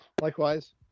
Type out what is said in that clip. Likewise